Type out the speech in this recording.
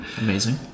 Amazing